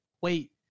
wait